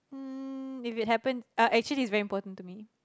um if it happen uh actually it's very important to me